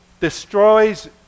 destroys